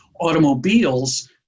Automobiles